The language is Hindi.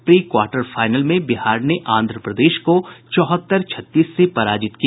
प्री र्क्वाटर फाइनल में बिहार ने आंध्र प्रदेश को चौहत्तर छत्तीस से पराजित किया